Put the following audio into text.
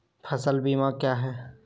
फ़सल बीमा क्या है?